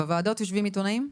בוועדות יושבים עיתונאים?